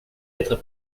être